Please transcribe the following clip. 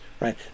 right